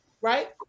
right